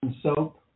soap